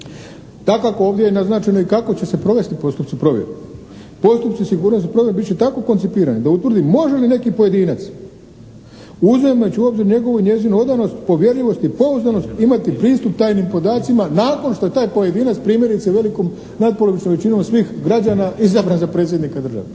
Dakako ovdje je naznačeno i kako će provesti postupci provjere. Postupci sigurnosne provjere bit će tako koncipirani da utvrdi može li neki pojedinac, uzimajući u obzir njegovu i njezinu odanost, povjerljivost i odanost imati pristup tajnim podacima nakon što je taj pojedinac primjerice velikom nad polovičnom većinom svih građana izabran za predsjednika države.